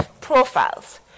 profiles